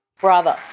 bravo